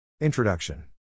Introduction